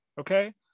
okay